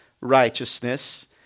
righteousness